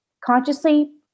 consciously